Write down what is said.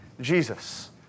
Jesus